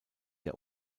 der